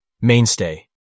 mainstay